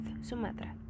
Sumatra